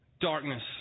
darkness